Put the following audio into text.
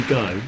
go